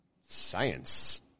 Science